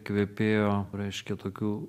kvepėjo reiškia tokiu